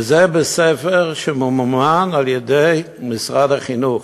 זה בספר שממומן על-ידי משרד החינוך.